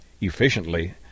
efficiently